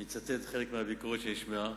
אני אצטט חלק מהביקורת שנשמעה: